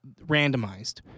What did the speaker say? randomized